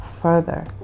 further